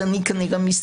כנראה.